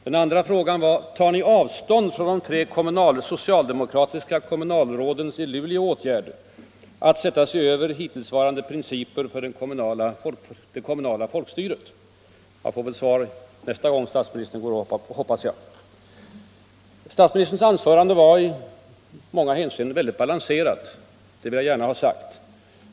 Den andra frågan var: Tar ni avstånd från de tre socialdemokratiska kommunalrådens i Luleå åtgärd att sätta sig över hittillsvarande principer för det kommunala folkstyret? Jag hoppas nu att jag får svar på frågorna nästa gång statsministern går upp i talarstolen. Statsministerns anförande var i många hänseenden balanserat, det vill jag gärna ha sagt.